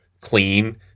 clean